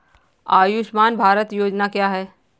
आयुष्मान भारत योजना क्या है?